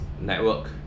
network